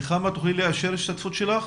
נחמה, תוכלי לאשר את ההשתתפות שלך?